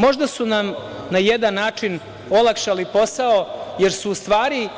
Možda su nam na jedan način olakšali posao, jer su u stvari